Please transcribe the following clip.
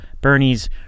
Bernie's